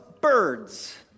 birds